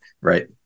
Right